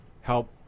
help